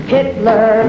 Hitler